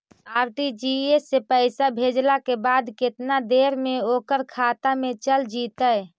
RTGS से पैसा भेजला के बाद केतना देर मे ओकर खाता मे चल जितै?